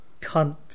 Cunt